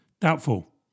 Doubtful